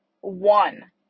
One